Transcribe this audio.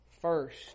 first